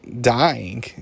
dying